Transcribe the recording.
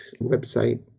website